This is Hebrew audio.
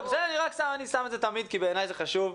בסדר, אני שם את זה תמיד כי בעיניי זה חשוב.